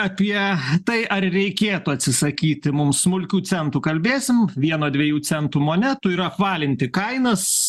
apie tai ar reikėtų atsisakyti mums smulkių centų kalbėsim vieno dviejų centų monetų ir apvalinti kainas